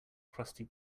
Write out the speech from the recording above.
crusty